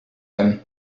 him